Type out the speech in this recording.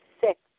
Six